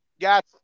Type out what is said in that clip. got